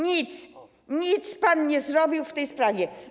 Nic, nic pan nie zrobił w tej sprawie.